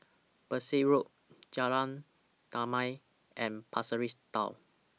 Berkshire Road Jalan Damai and Pasir Ris Town